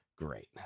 great